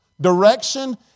Direction